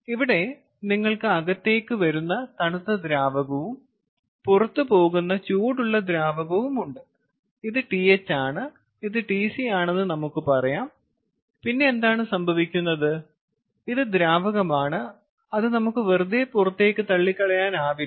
ഇവിടെ നിങ്ങൾക്ക് അകത്തേക്ക് വരുന്ന തണുത്ത ദ്രാവകവും പുറത്തുപോകുന്ന ചൂടുള്ള ദ്രാവകവുമുണ്ട് ഇത് Th ആണ് ഇത് Tc ആണെന്ന് നമുക്ക് പറയാം പിന്നെ എന്താണ് സംഭവിക്കുന്നത് ഇത് ദ്രാവകമാണ് അത് നമുക്ക് വെറുതെ പുറത്തേക്ക് തള്ളിക്കളയാനാവില്ല